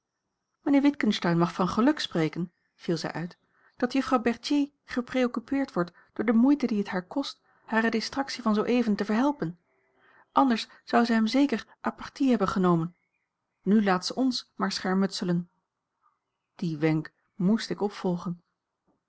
mijnheer witgensteyn mag van geluk spreken viel zij uit dat juffrouw berthier gepreoccupeerd wordt door de moeite die het haar kost hare distractie van zooeven te verhelpen anders zou zij hem zeker à partie hebben genomen nu laat ze ons maar schermutselen dien wenk moest ik opvolgen